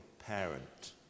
parent